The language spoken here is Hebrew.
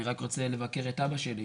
אני רק רוצה לבקר את אבא שלי,